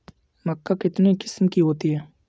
मक्का कितने किस्म की होती है?